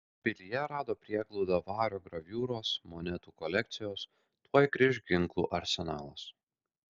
pilyje rado prieglaudą vario graviūros monetų kolekcijos tuoj grįš ginklų arsenalas